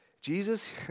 Jesus